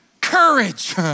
courage